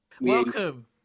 Welcome